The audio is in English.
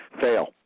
fail